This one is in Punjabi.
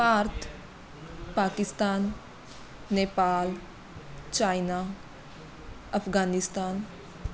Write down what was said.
ਭਾਰਤ ਪਾਕਿਸਤਾਨ ਨੇਪਾਲ ਚਾਈਨਾ ਅਫਗਾਨਿਸਤਾਨ